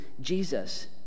jesus